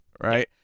right